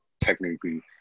technically